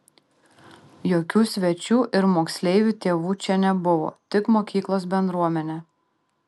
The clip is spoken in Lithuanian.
jokių svečių ir moksleivių tėvų čia nebuvo tik mokyklos bendruomenė